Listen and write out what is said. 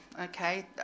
Okay